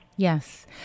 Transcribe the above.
Yes